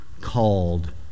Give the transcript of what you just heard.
called